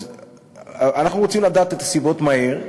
אז אנחנו רוצים לדעת את הסיבות מהר,